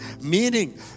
Meaning